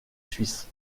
suisses